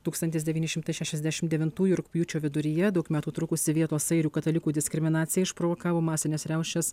tūkstantis devyni šimtai šešiasdešimt devintųjų rugpjūčio viduryje daug metų trukusi vietos airių katalikų diskriminacija išprovokavo masines riaušes